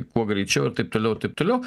kuo greičiau ir taip toliau ir taip toliau